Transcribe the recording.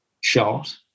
shot